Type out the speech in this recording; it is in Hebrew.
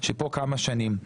שפה כמה שנים,